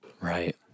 Right